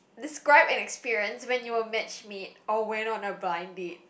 describe an experience when you were match made or went on a blind date